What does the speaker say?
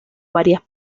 varias